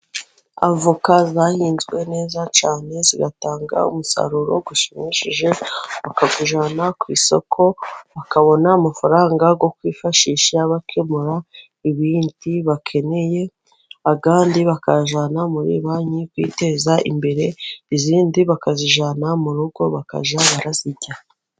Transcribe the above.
Avoka zahinzwe neza cyane zigatanga umusaruro ushimishije, bakawujyana ku isoko bakabona amafaranga yo kwifashisha bakemura ibindi bakeneye, ayandi bakayajyana muri banki kwiteza imbere. Izindi bakazijyana mu rugo bakajya barazirya.